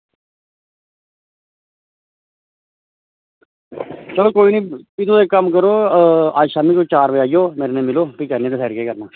चलो कोई निं तुस इक्क कम्म करो तुस शामीं आई जाओ चार बजे ते भी करने आं डिसाईड केह् करना